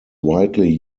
widely